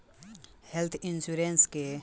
health insurance के इस्तमाल इलाज के समय में पड़ेला